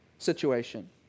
Situation